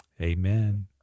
amen